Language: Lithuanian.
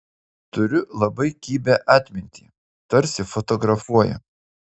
turiu labai kibią atmintį tarsi fotografuoju